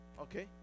Okay